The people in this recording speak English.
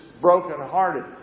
brokenhearted